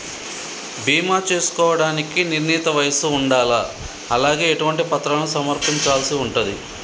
బీమా చేసుకోవడానికి నిర్ణీత వయస్సు ఉండాలా? అలాగే ఎటువంటి పత్రాలను సమర్పించాల్సి ఉంటది?